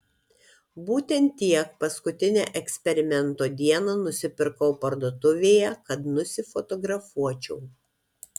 būtent tiek paskutinę eksperimento dieną nusipirkau parduotuvėje kad nusifotografuočiau